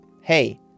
hey